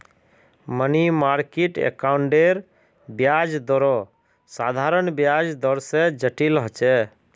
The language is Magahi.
मनी मार्किट अकाउंटेर ब्याज दरो साधारण ब्याज दर से जटिल होचे